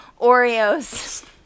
Oreos